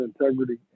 Integrity